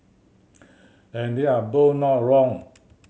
and they're both not wrong